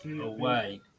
Away